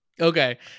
okay